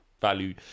value